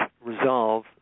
resolve